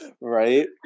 Right